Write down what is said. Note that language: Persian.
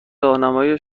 راهنمای